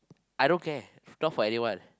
I don't care it's not for anyone